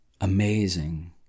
amazing